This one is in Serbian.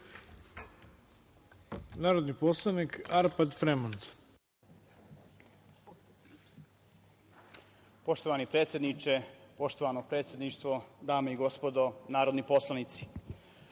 narodni poslanik Arpad Fremond.